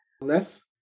less